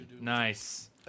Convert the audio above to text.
nice